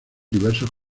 diversos